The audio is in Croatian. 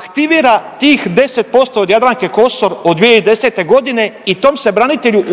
aktivira tih 10% od Jadranke Kosor od 2010. godine i tom se branitelju